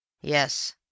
Yes